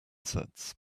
sets